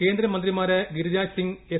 കേന്ദ്രമന്ത്രിമാരായ ഗിരിരാജ് സിംഗ് എസ്